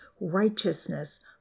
righteousness